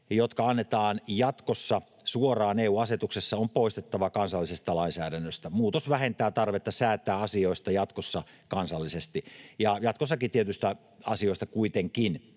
jotka annetaan jatkossa suoraan EU-asetuksessa, on poistettava kansallisesta lainsäädännöstä. Muutos vähentää tarvetta säätää asioista jatkossa kansallisesti, mutta jatkossakin tietyistä asioista me kuitenkin